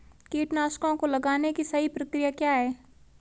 कीटनाशकों को लगाने की सही प्रक्रिया क्या है?